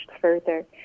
further